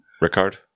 Rickard